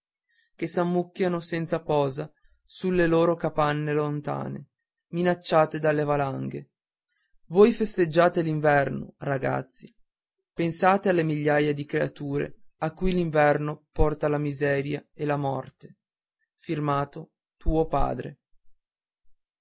che s'ammucchiano senza posa sulle loro capanne lontane minacciate dalle valanghe voi festeggiate l'inverno ragazzi pensate alle migliaia di creature a cui l'inverno porta la miseria e la morte